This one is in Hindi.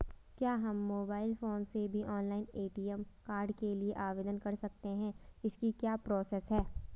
क्या हम मोबाइल फोन से भी ऑनलाइन ए.टी.एम कार्ड के लिए आवेदन कर सकते हैं इसकी क्या प्रोसेस है?